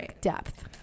depth